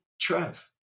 Trev